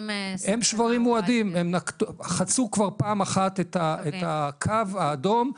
הם חצו כבר פעם אחת את הקו האדום,